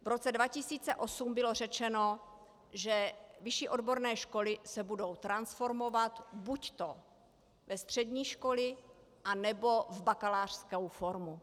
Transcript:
V roce 2008 bylo řečeno, že vyšší odborné školy se budou transformovat buďto ve střední školy, anebo v bakalářskou formu.